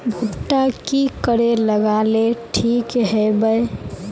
भुट्टा की करे लगा ले ठिक है बय?